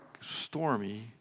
stormy